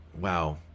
wow